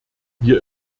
wir